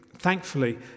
Thankfully